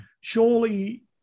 surely